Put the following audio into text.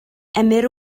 emyr